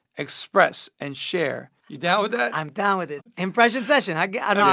express and share. you down with that? i'm down with it. impression session, i got it.